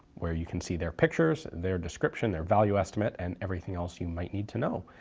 where you can see their pictures, their description, their value estimate, and everything else you might need to know.